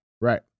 right